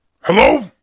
Hello